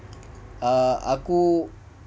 ah aku